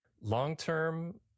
Long-term